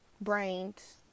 Brains